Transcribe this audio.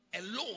alone